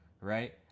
Right